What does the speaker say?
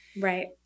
Right